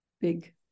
big